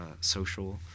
social